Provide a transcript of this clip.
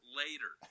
later